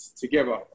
together